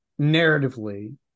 narratively